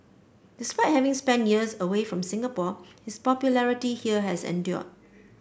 despite having spent years away from Singapore his popularity here has endured